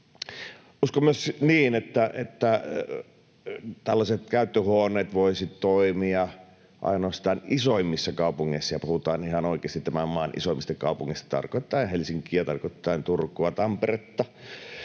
Uskon myös niin, että tällaiset käyttöhuoneet voisivat toimia ainoastaan isoimmissa kaupungeissa, ja puhutaan ihan oikeasti tämän maan isoimmista kaupungeista, tarkoittaen Helsinkiä, Turkua ja Tamperetta,